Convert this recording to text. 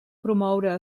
promoure